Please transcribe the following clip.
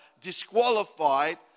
disqualified